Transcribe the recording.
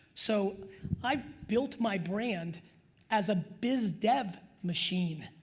so i've built my brand as a biz dev machine.